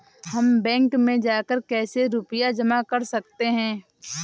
हम बैंक में जाकर कैसे रुपया जमा कर सकते हैं?